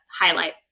highlight